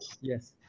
yes